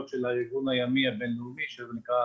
של הארגון הימי הבינלאומי --- זו נקודה